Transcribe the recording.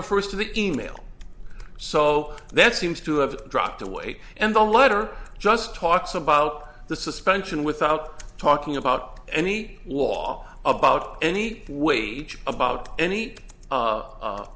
refers to the e mail so that seems to have dropped away and the letter just talks about the suspension without talking about any law about any wage about any